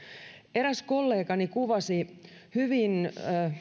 eräs kollegani kuvasi hyvin